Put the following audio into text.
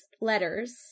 letters